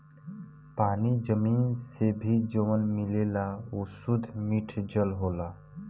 पानी जमीन से भी जवन मिलेला उ सुद्ध मिठ जल होला